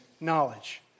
knowledge